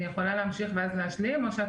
אני יכולה להמשיך ואז להשלים או שאת